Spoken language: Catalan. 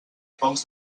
pocs